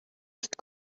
ist